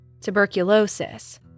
tuberculosis